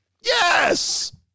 Yes